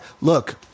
look